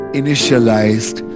initialized